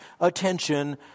attention